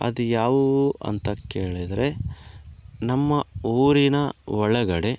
ಅದು ಯಾವುವು ಅಂತ ಕೇಳಿದರೆ ನಮ್ಮ ಊರಿನ ಒಳಗಡೆ